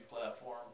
platform